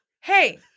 hey